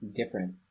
different